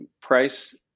price